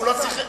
רק הוא לא שיחק.